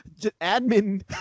admin